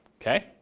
Okay